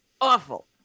awful